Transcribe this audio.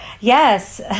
Yes